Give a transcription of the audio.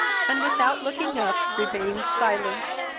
and, without looking up, remained silent.